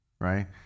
right